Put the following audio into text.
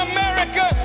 America